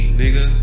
nigga